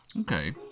Okay